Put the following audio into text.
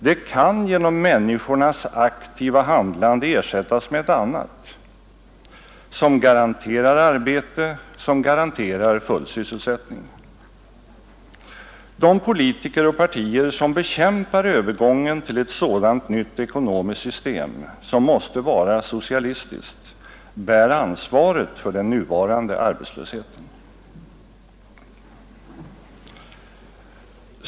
Det kan genom människornas aktiva handlande ersättas med ett annat, som garanterar arbete, som garanterar full sysselsättning. De politiker och partier som bekämpar övergången till ett sådant nytt ekonomiskt system, som måste vara socialistiskt, bär ansvaret för den nuvarande arbetslösheten.